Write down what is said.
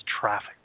traffic